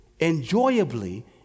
enjoyably